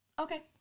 Okay